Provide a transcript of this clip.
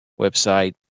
website